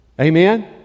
Amen